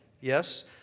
yes